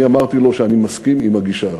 אני אמרתי לו שאני מסכים עם הגישה הזאת,